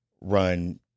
run